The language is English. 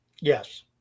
yes